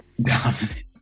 Dominant